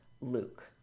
luke